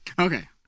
Okay